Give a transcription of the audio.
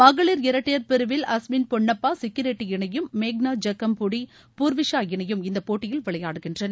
மகளிர் இரட்டையர் பிரிவில் அஸ்வின் பொன்னப்பா சிக்கி ரெட்டி இணையும் மேக்னா ஜக்கம்புடி பூர்விஷா இணையும் இந்த போட்டியில் விளையாடுகின்றன